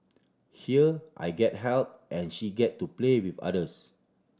here I get help and she get to play with others